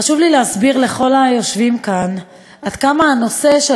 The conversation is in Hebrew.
חשוב לי להסביר לכל היושבים כאן עד כמה הנושא של